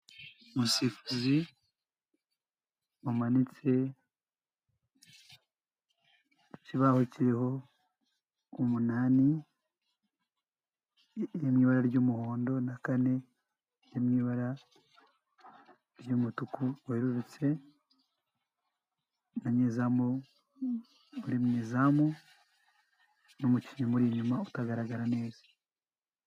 Umusifuzi wamanitse ikibaho kiriho umunani mu ibara ry'umuhondo na kane yo mu ibara ry'umutuku weherurutse na nyezamu uri mu izamu n'umukinnyi umuri inyuma utagaragara neza.